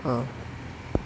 ah